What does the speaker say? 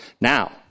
Now